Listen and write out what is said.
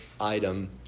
item